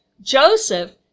Joseph